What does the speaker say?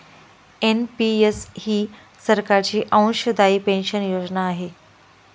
NPS ही सरकारची अंशदायी पेन्शन योजना आहे